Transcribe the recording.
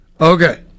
Okay